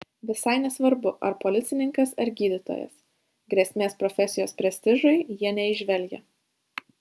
visai nesvarbu ar policininkas ar gydytojas grėsmės profesijos prestižui jie neįžvelgia